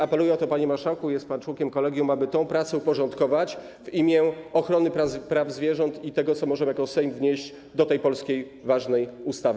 Apeluję o to, panie marszałku - jest pan członkiem kolegium - aby tę pracę uporządkować w imię ochrony praw zwierząt i tego, co możemy jako Sejm wnieść w tym czasie do tej polskiej, ważnej ustawy.